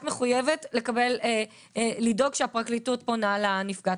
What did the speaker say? מחויבת לדאוג שהפרקליטות פונה לנפגעת.